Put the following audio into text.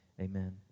Amen